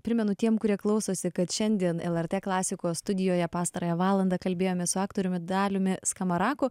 primenu tiem kurie klausosi kad šiandien lrt klasikos studijoje pastarąją valandą kalbėjomės su aktoriumi daliumi skamaraku